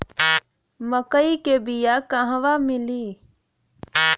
मक्कई के बिया क़हवा मिली?